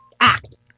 act